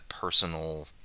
personal